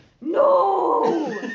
No